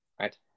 right